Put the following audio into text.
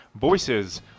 voices